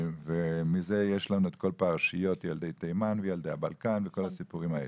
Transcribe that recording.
מזה יש לנו את כל פרשיות ילדי תימן וילדי הבלקן וכל הסיפורים האלה.